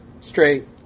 straight